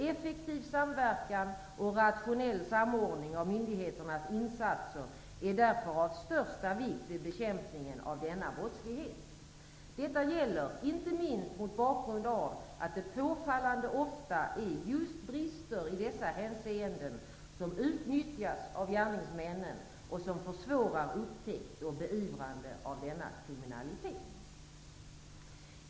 Effektiv samverkan och rationell samordning av myndigheternas insatser är därför av största vikt vid bekämpningen av denna brottslighet. Detta gäller inte minst mot bakgrund av att det påfallande ofta är just brister i dessa hänseenden som utnyttjas av gärningsmännen och som försvårar upptäckt och beivrande av denna kriminalitet.